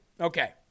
Okay